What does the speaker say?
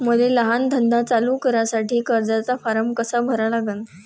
मले लहान धंदा चालू करासाठी कर्जाचा फारम कसा भरा लागन?